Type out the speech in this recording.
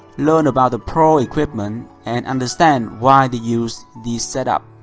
learn about the pro's equipment and understand why they use these setup.